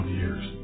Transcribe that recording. years